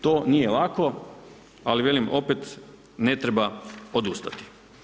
To nije lako ali velim opet ne treba odustati.